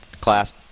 class